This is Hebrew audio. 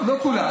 לא כולם,